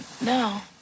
No